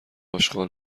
اشغال